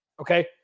okay